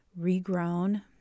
regrown